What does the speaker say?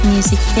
Music